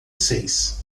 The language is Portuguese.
seis